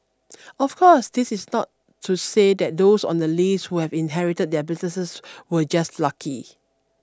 of course this is not to say that those on the list who have inherited their businesses were just lucky